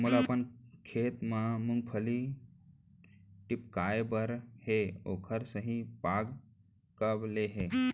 मोला अपन खेत म मूंगफली टिपकाय बर हे ओखर सही पाग कब ले हे?